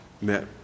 met